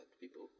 people